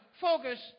focus